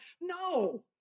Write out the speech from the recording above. No